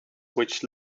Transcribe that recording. which